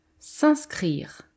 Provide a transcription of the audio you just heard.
S'inscrire